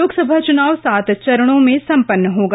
लोकसभा चुनाव सात चरणों में सम्पन्न होगा